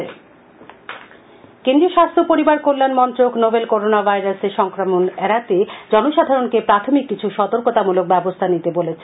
কবোনা সতর্কতা কেন্দ্রীয় স্বাস্থ্য ও পরিবার কল্যাণ মন্ত্রক নোভেল করোনা ভাইরাসের সংক্রমণ এডাতে জনসাধারণকে প্রাথমিক কিছ্ সতর্কতামূলক ব্যবস্থা নিতে বলেছে